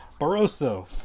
Barroso